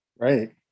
Right